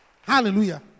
Hallelujah